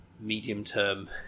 medium-term